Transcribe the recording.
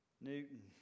Newton